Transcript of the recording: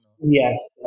Yes